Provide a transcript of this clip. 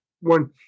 one